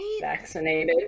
vaccinated